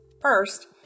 First